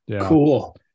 cool